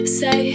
say